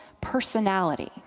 personality